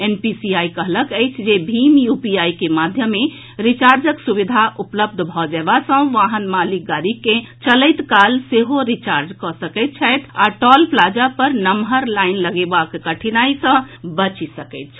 NPCI कहलक अछि जे भीम यूपीआई के माध्यम सँ रिचार्जक सुविधा उपलब्ध भऽ जेबा सँ वाहन मालिक गाड़ी के चलैत काल सेहो रिजार्च कऽ सकैत छथि आ टॉल प्लाजा पर नम्हर लाईन लगेबाक कठिनाई सँ बचल जा सकैत अछि